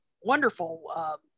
wonderful